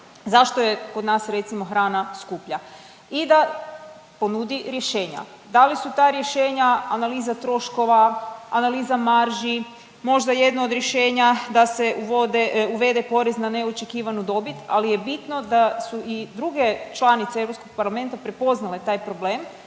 zašto je kod nas, recimo, hrana skuplja i da ponudi rješenja. Da li su ta rješenja analiza troškova, analiza marži, možda jedno od rješenja da se uvede porez na neočekivanu dobit, ali je bitno da su i druge članice EU parlamenta prepoznale taj problem